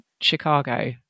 Chicago